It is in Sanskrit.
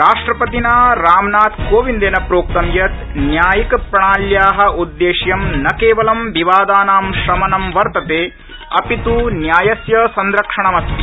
राष्ट्रपतिना रामनाथ कोविदेन प्रोक्त यत् न्यायिकप्रणाल्या उद्देश्य न केवल विवादानी शमन वर्तते अपित न्यायस्य संरक्षणमपि अस्ति